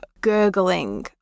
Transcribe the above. gurgling